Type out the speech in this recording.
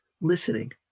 Listening